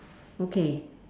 okay